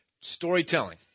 storytelling